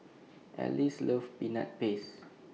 Alice loves Peanut Paste